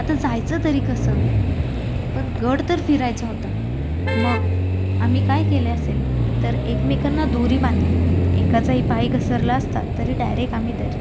आता जायचं तरी कसं पण गड तर फिरायचा होता मग आम्ही काय केले असेल तर एकमेकांना दोरी बांधली एकाचाही पाय घसरला असता तरी डायरेक्ट आम्ही दरी